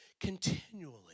continually